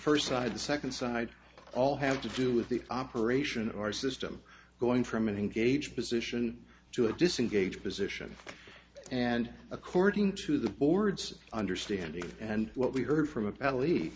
first side the second side all had to do with the operation of our system going from an engaged position to a disengaged position and according to the board's understanding and what we heard from a belly